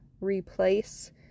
replace